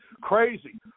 crazy